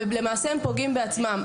ולמעשה הם פוגעים בעצמם.